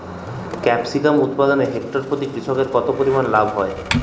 Capsicum উৎপাদনে hectare প্রতি কৃষকের কত পরিমান লাভ হয়?